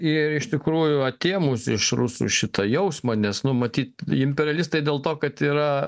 ir iš tikrųjų atėmus iš rusų šitą jausmą nes nu matyt imperialistai dėl to kad yra